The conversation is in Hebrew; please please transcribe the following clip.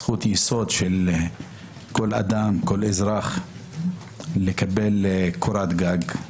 זכות יסוד של כל אדם ואזרח לקבל קורת גג.